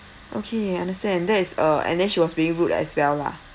okay understand that is uh and then she was being rude as well lah